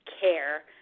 care